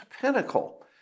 pinnacle